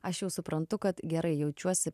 aš jau suprantu kad gerai jaučiuosi